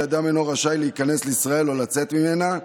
אדם אינו רשאי להיכנס לישראל או לצאת ממנה,